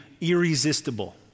irresistible